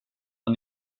han